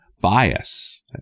bias